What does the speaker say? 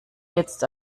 jetzt